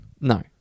No